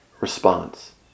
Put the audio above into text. response